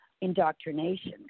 indoctrination